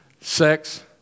Sex